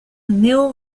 néo